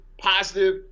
positive